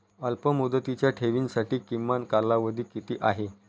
अल्पमुदतीच्या ठेवींसाठी किमान कालावधी किती आहे?